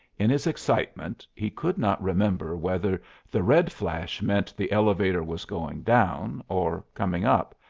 in his excitement he could not remember whether the red flash meant the elevator was going down or coming up,